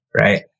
right